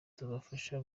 tubafasha